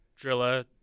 Drilla